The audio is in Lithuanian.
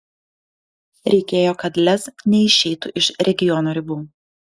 reikėjo kad lez neišeitų iš regiono ribų